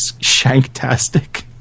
shanktastic